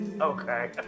Okay